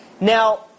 Now